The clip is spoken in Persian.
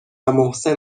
محسن